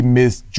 missed